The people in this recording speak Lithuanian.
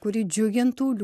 kuri džiugintų